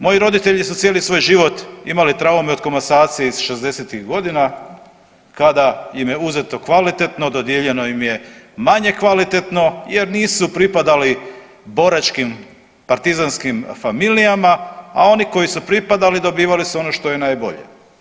Moji roditelji su cijeli svoj život imali traume od komasacije iz šezdesetih godina kada im je uzeto kvalitetno, dodijeljeno im je manje kvalitetno jer nisu pripadali boračkim partizanskim familijama, a oni koji su pripadali dobivali su ono što je najbolje.